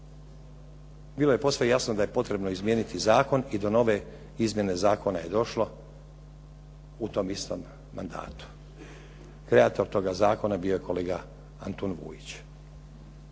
Bilo je posve jasno da je potrebno izmijeniti zakon i do nove izmjene zakona je došlo u tom istom mandatu. Kreator toga zakona je bio kolega Antun Vujić.